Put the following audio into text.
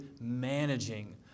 managing